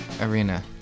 arena